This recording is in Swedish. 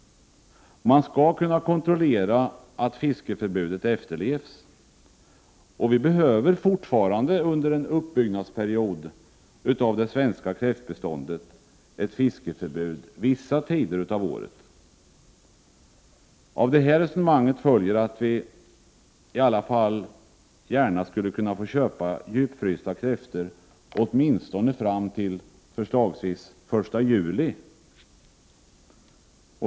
Man skall kunna kontrollera att fiskeförbudet efterlevs. Vi behöver fortfarande under en uppbyggnadsperiod för det svenska kräftbeståndet ett fiskeförbud vissa tider av året. Av det här resonemanget följer att vi gärna skulle kunna få köpa djupfrysta kräftor åtminstone fram till förslagsvis den 1 juli.